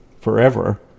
forever